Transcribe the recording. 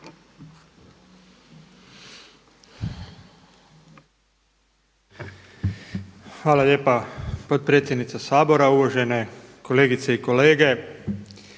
Hvala lijepa potpredsjedniče Sabora. Uvažene kolegice i kolege.